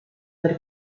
per